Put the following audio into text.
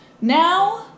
now